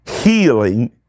healing